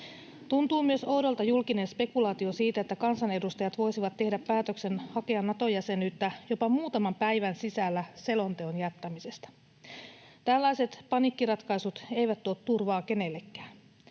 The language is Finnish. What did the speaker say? Tuntuu myös oudolta julkinen spekulaatio siitä, että kansanedustajat voisivat tehdä päätöksen hakea Nato-jäsenyyttä jopa muutaman päivän sisällä selonteon jättämisestä. Tällaiset paniikkiratkaisut eivät tuo turvaa kenellekään.